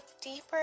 deeper